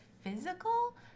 physical